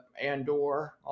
Andor